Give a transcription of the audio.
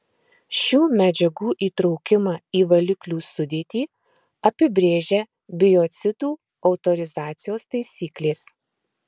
šių medžiagų įtraukimą į valiklių sudėtį apibrėžia biocidų autorizacijos taisyklės